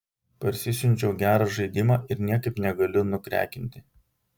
parsisiunčiau gerą žaidimą ir niekaip negaliu nukrekinti